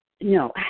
No